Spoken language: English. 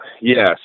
yes